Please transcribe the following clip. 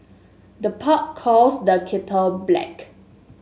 the pot calls the kettle black